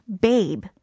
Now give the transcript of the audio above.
Babe